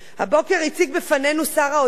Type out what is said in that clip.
הבוקר הציג בפנינו שר האוצר,